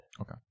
Okay